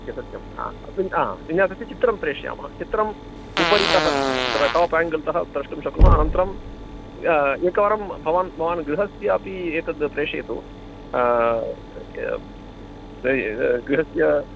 सत्यं सत्यं हा विन्यासस्य चित्रं प्रेषयामः चित्रम् उपरि तत्र टाप् आङ्गल् तः द्रष्टुं शक्नुमः अनन्तरं एकवारं भवान् भवान् गृहस्यापि एतद् प्रेषयतु गृहस्य